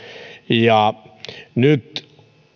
ja nyt